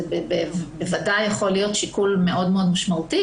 זה בוודאי יכול להיות שיקול מאוד משמעותי,